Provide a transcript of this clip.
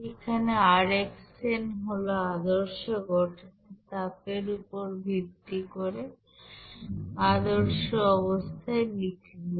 এখানে আর X N হল আদর্শ গঠনের তাপের উপর ভিত্তি করে আদর্শ অবস্থায় বিক্রিয়া